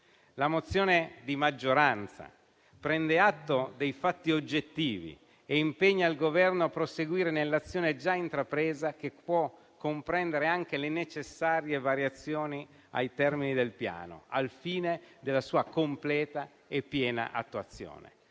La mozione di maggioranza prende atto dei fatti oggettivi e impegna il Governo a proseguire nell'azione già intrapresa, che può comprendere anche le necessarie variazioni ai termini del Piano, al fine della sua completa e piena attuazione.